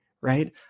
Right